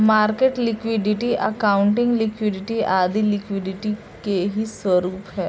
market liquidity, accounting liquidity आदी liquidity के ही स्वरूप है